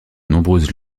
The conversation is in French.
nombreuses